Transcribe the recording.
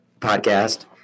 podcast